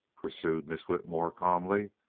pursued miss whitmore, calmly.